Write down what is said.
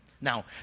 Now